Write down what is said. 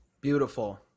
Beautiful